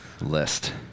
List